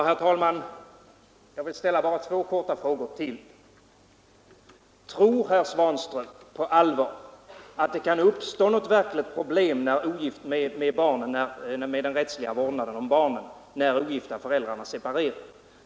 Herr talman! Jag vill bara ställa ytterligare två korta frågor. Tror herr Svanström på allvar att det kan uppstå något verkligt problem med den rättsliga vårdnaden om barnen när ogifta föräldrar separerar?